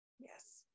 Yes